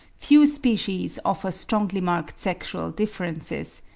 few species offer strongly-marked sexual differences,